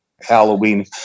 Halloween